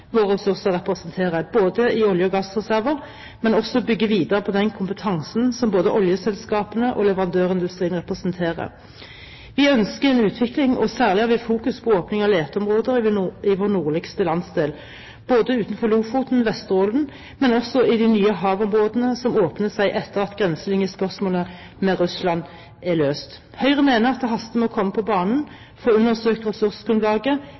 våre ressurser representerer, i olje- og gassreserver, men også bygge videre på den kompetansen som både oljeselskapene og leverandørindustrien representerer. Vi ønsker en utvikling, og særlig har vi fokus på åpning av leteområder i vår nordligste landsdel, både utenfor Lofoten, Vesterålen og i de nye havområdene som åpner seg etter at grenselinjespørsmålet med Russland er løst. Høyre mener at det haster med å komme på banen, få undersøkt ressursgrunnlaget,